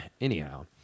anyhow